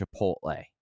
Chipotle